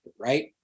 right